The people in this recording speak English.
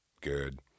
good